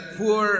poor